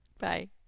Bye